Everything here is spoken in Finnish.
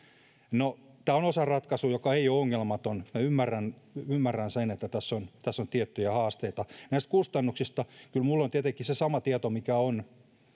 tämä on osaratkaisu joka ei ole ongelmaton minä ymmärrän sen että tässä on tiettyjä haasteita näistä kustannuksista kyllä minulla on tietenkin se sama tieto mikä on